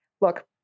Look